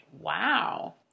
Wow